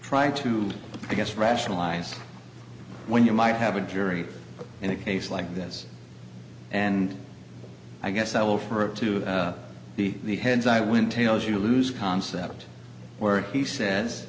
try to i guess rationalize when you might have a jury in a case like this and i guess i will for it to be the heads i win tails you lose concept where he says